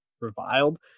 reviled